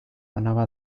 anava